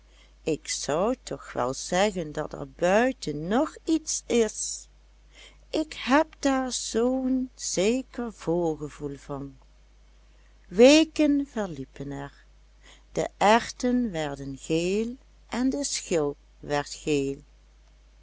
ik zou toch wel zeggen dat er buiten nog iets is ik heb daar zoo'n zeker voorgevoel van weken verliepen er de erwten werden geel en de schil werd geel